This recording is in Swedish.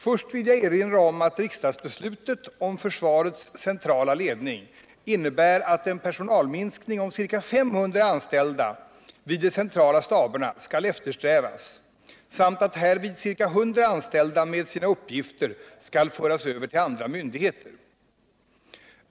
Först vill jag erinra om att riksdagsbeslutet om försvarets centrala ledning innebär att en personalminskning om ca 500 anställda vid de centrala staberna skall eftersträvas samt att härvid ca 100 anställda med sina uppgifter skall föras över till andra myndigheter.